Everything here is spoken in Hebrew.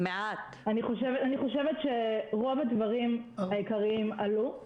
אני חושבת שרוב הדברים העיקריים עלו.